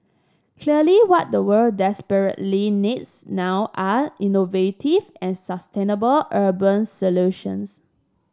clearly what the world desperately needs now are innovative and sustainable urban solutions